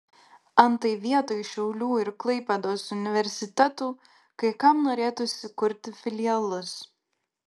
antai vietoj šiaulių ir klaipėdos universitetų kai kam norėtųsi kurti filialus